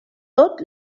tot